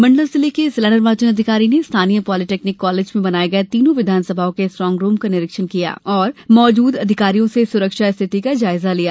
मण्डला जिले के जिला निर्वाचन अधिकारी ने स्थानिय पॉलिटेक्निक कॉलेज में बनाये गये तीनों विधानसभाओं के स्ट्रांग रूम का निरीक्षण किया और मौजूद अधिकारियों से सुरक्षा स्थिति का जायजा लिया